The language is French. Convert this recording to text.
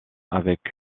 avec